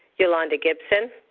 yolanda gibson,